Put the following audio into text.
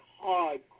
hard